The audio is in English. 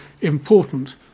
important